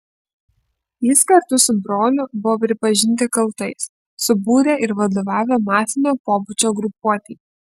jis kartu su broliu buvo pripažinti kaltais subūrę ir vadovavę mafinio pobūdžio grupuotei